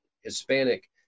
Hispanic